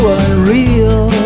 unreal